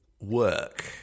work